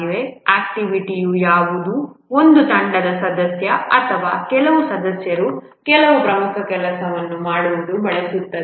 ಆಕ್ಟಿವಿಟಿಯು ಯಾವುದೋ ಒಂದು ತಂಡದ ಸದಸ್ಯ ಅಥವಾ ಕೆಲವು ಸದಸ್ಯರು ಕೆಲವು ಪ್ರಮುಖ ಕೆಲಸವನ್ನು ಮಾಡುವುದನ್ನು ಬಳಸುತ್ತದೆ